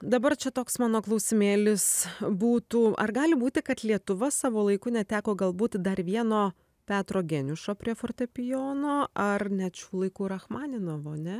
dabar čia toks mano klausimėlis būtų ar gali būti kad lietuva savo laiku neteko galbūt dar vieno petro geniušo prie fortepijono ar net šių laikų rachmaninovo ne